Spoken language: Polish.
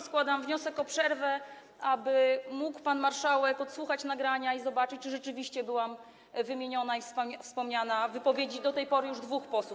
Składam wniosek o przerwę, aby mógł pan marszałek odsłuchać nagranie i zobaczyć, czy rzeczywiście byłam wymieniona i wspomniana w wypowiedziach do tej pory już dwóch posłów.